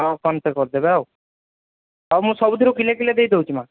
ହଁ ଫୋନ୍ପେ କରିଦେବେ ଆଉ ହଉ ମୁଁ ସବୁଥିରୁ କିଲେ କିଲେ ଦେଇଦେଉଛି ମାଆ